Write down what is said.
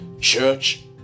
church